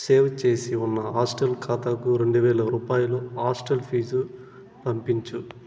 save చేసి ఉన్న hostel ఖాతాకు రెండువేల రూపాయలు హాస్టల్ ఫీజు పంపించు